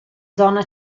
zona